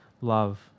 love